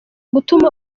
gutuma